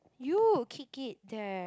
you kick it there